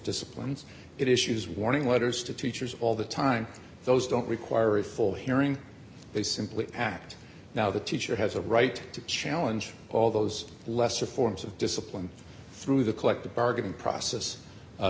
disciplines it issues warning letters to teachers all the time those don't require a full hearing they simply act now the teacher has a right to challenge all those lesser forms of discipline through the collective bargaining process